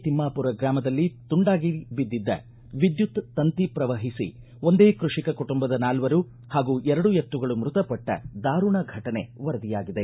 ತಿಮ್ಮಾಪುರ ಗ್ರಾಮದಲ್ಲಿ ತುಂಡಾಗಿದ್ದ ಬಿದ್ದಿದ್ದ ವಿದ್ಯುತ್ ತಂತಿ ಪ್ರವಹಿಸಿ ಒಂದೇ ಕೃಷಿಕ ಕುಟುಂಬದ ನಾಲ್ವರು ಹಾಗೂ ಎರಡು ಎತ್ತುಗಳು ಮೃತಪಟ್ಟ ದಾರುಣ ಫಟನೆ ವರದಿಯಾಗಿದೆ